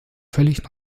völlig